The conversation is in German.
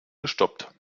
gestoppt